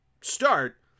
start